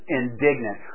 indignant